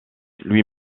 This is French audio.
lui